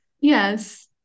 Yes